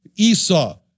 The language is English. Esau